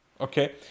okay